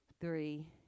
three